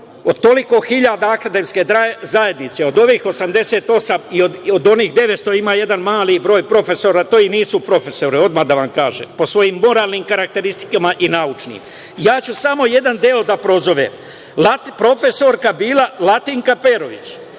od toliko hiljada akademske zajednice, od ovih 88 i od onih 900 ima jedan mali broj profesora, to i nisu profesori, odmah da vam kažem, po svojim moralnim karakteristikama i naučnim. Samo ću jedan deo da prozovem. Profesorka je bila Latinka Perović.